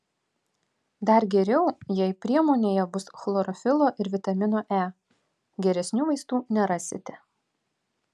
dar geriau jei priemonėje bus chlorofilo ir vitamino e geresnių vaistų nerasite